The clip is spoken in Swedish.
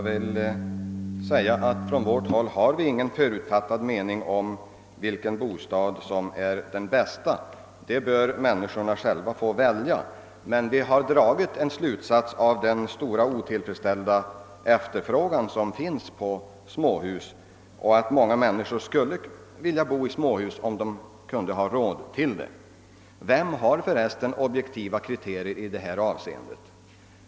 Herr talman! På vårt håll har vi inga förutfattade meningar om vilken boendeform som är den bästa. Människorna själva bör få välja härvidlag. Men vi har dragit en slutsats av den stora otillfredsställda efterfrågan som finns på småhus, och vi vet att många människor skulle vilja bo i småhus om de hade råd till det och möjligheter att välja. Vem har för resten objektiva kriterier i detta avseende?